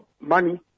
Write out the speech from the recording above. money